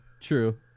True